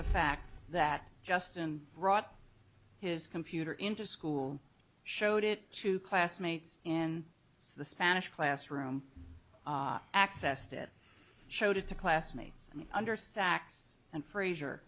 the fact that justin brought his computer into school showed it to classmates in spanish classroom accessed it showed it to classmates under sacks and frazier